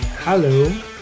Hello